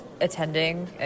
Attending